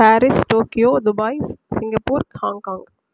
Paris Tokyo Dubai Singapore Hong Kong